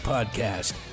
Podcast